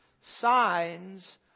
Signs